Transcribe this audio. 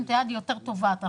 את היד היא יותר טובעת --- נכון,